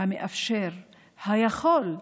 המאפשר, היכול,